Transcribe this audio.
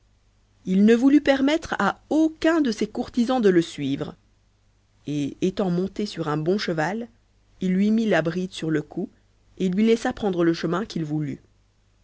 il ne voulut permettre à aucun de ses courtisans de le suivre et étant monté sur un bon cheval il lui mit la bride sur le col et lui laissa prendre le chemin qu'il voulut